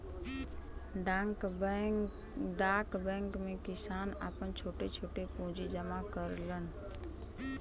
डाक बैंक में किसान आपन छोट छोट पूंजी जमा करलन